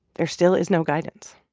there still is no guidance.